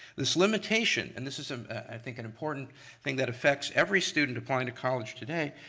this limitation, and this is um i think an important thing that affects every student applying to college today,